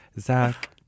zach